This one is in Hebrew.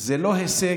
זה לא הישג,